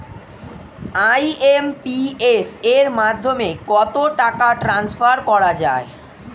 IMPS এর মাধ্যমে কত টাকা ট্রান্সফার করা যায়?